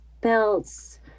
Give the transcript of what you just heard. belts